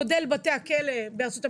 מודל בתי הכלא בארצות הברית,